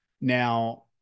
Now